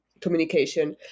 communication